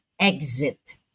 exit